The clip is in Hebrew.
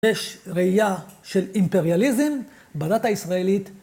יש ראייה של אימפריאליזם בדת הישראלית.